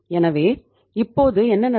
எனவே இப்போது என்ன நடக்கும்